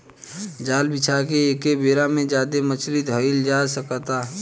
जाल बिछा के एके बेरा में ज्यादे मछली धईल जा सकता